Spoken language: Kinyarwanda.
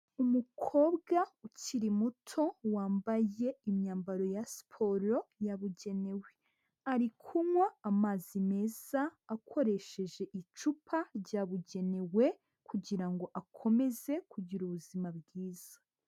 Umukobwa ukiri muto, wambaye imyambaro ya siporo yabugenewe. Ari kunywa amazi meza, akoresheje icupa ryabugenewe kugira ngo akomeze kugira ubuzima bwiza.